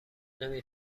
نمی